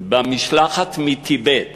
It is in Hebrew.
במשלחת מטיבט